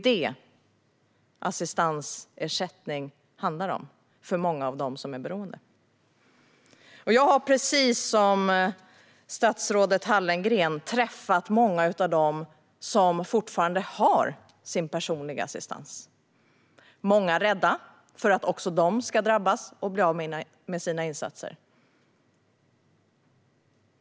Jag har, precis som statsrådet Hallengren, träffat många av dem som fortfarande har sin personliga assistans. Många är rädda för att också de ska drabbas och bli av med sina insatser.